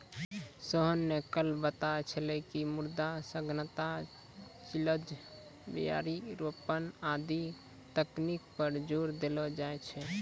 सोहन न कल बताय छेलै कि मृदा सघनता, चिजल, क्यारी रोपन आदि तकनीक पर जोर देलो जाय छै